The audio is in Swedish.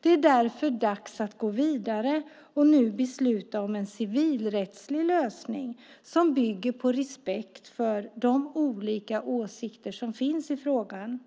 Det är därför dags att gå vidare och nu besluta om en civilrättslig lösning som bygger på respekt för de olika åsikter som finns i frågan.